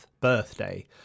birthday